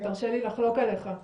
הרשה לי לחלוק עליך,